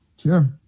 Sure